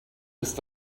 ist